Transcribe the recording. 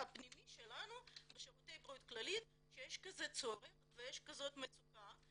הפנימי שלנו בשירותי בריאות כללית שיש כזה צורך ויש מצוקה כזאת.